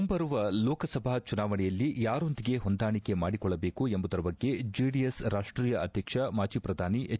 ಮುಂಬರುವ ಲೋಕಸಭಾ ಚುನಾವಣೆಯಲ್ಲಿ ಯಾರೊಂದಿಗೆ ಹೊಂದಾಣಿಕೆ ಮಾಡಿಕೊಳ್ಳಬೇಕು ಎಂಬುದರ ಬಗ್ಗೆ ಜೆಡಿಎಸ್ ರಾಷ್ಷೀಯ ಅಧ್ಯಕ್ಷ ಮಾಜಿ ಪ್ರಧಾನಿ ಹೆಚ್